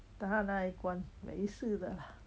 打他那一关没事的 lah